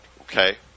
okay